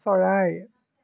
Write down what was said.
চৰাই